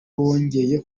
wongeye